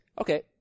Okay